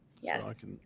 Yes